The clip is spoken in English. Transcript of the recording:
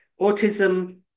autism